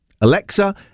Alexa